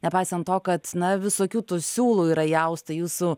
nepaisant to kad na visokių tų siūlų yra įausta į jūsų